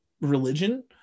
religion